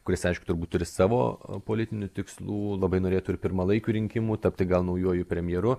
kuris aišku turbūt turi savo politinių tikslų labai norėtų ir pirmalaikių rinkimų tapti naujuoju premjeru